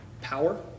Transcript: power